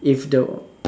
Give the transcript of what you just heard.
if the